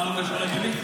מה לא קשור לביבי?